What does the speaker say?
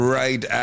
right